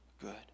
good